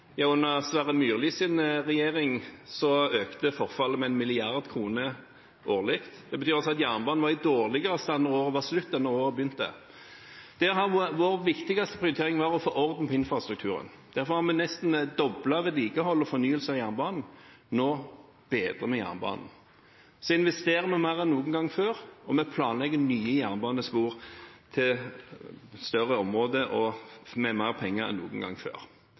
under Sverre Myrlis partis regjering økte forfallet med 1 mrd. kr årlig – det betyr altså at jernbanen var i dårligere stand da året var slutt enn da det begynte. Vår viktigste prioritering var å få orden på infrastrukturen. Derfor har vi nesten doblet vedlikeholdet og fornyelsen av jernbanen. Nå bedrer vi jernbanen. Vi investerer mer enn noen gang før, og vi planlegger nye jernbanespor til større områder og med mer penger enn noen gang før.